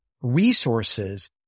resources